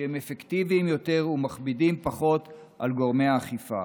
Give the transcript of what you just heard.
שהם אפקטיביים יותר ומכבידים פחות על גורמי האכיפה.